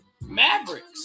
Mavericks